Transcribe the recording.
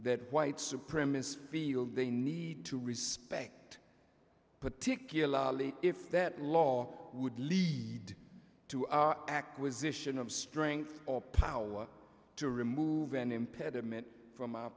that white supremacist feel they need to respect particularly if that law would lead to acquisition of strength or power to remove an impediment from